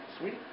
Sweet